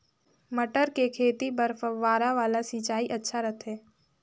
मटर के खेती बर फव्वारा वाला सिंचाई अच्छा रथे?